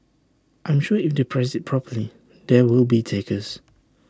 I'm sure if they price IT properly there will be takers